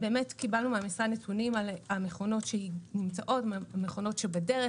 קיבלנו מהמשרד נתונים על מכונות שנמצאות ועל מכונות בדרך.